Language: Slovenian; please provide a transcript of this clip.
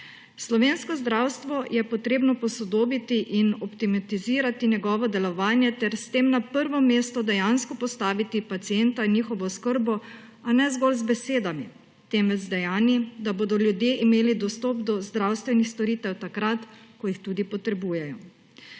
Slovensko zdravstvo je treba posodobiti in optimizirati njegovo delovanje ter s tem na prvo mesto dejansko postaviti pacienta, njegovo oskrbo, a ne zgolj z besedami, temveč z dejanji, da bodo ljudje imeli dostop do zdravstvenih storitev takrat, ko jih tudi potrebujejo.